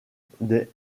des